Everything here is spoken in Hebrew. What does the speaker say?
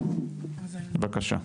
הכנסת, בבקשה.